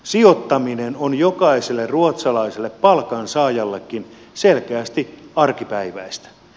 sijoittaminen on jokaiselle ruotsalaiselle palkansaajallekin selkeästi arkipäiväistä